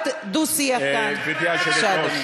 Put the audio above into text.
הגיע הזמן שיסבירו לגזען כמוך.